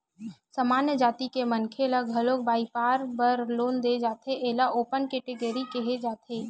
सामान्य जाति के मनखे ल घलो बइपार बर लोन दे जाथे एला ओपन केटेगरी केहे जाथे